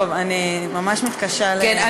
טוב, אני ממש מתקשה, כן.